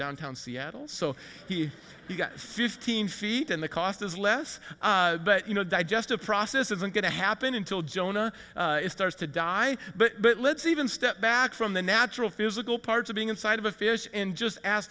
downtown seattle so he got fifteen feet and the cost is less but you know digestive process isn't going to happen until jonah starts to die but let's even step back from the natural physical parts of being inside of a fish and just ask